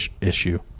issue